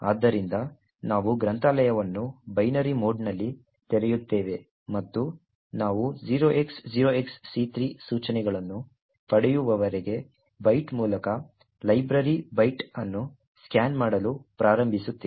ಆದ್ದರಿಂದ ನಾವು ಗ್ರಂಥಾಲಯವನ್ನು ಬೈನರಿ ಮೋಡ್ನಲ್ಲಿ ತೆರೆಯುತ್ತೇವೆ ಮತ್ತು ನಾವು 0x0XC3 ಸೂಚನೆಗಳನ್ನು ಪಡೆಯುವವರೆಗೆ ಬೈಟ್ ಮೂಲಕ ಲೈಬ್ರರಿ ಬೈಟ್ ಅನ್ನು ಸ್ಕ್ಯಾನ್ ಮಾಡಲು ಪ್ರಾರಂಭಿಸುತ್ತೇವೆ